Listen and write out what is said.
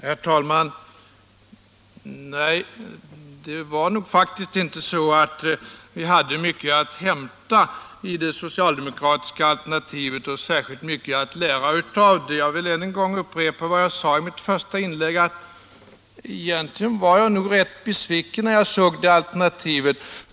Herr talman! Nej, vi hade faktiskt inte mycket att hämta eller lära i det socialdemokratiska alternativet. Jag vill upprepa vad jag sade i mitt första inlägg, nämligen att jag nog egentligen var rätt besviken när jag såg det alternativet.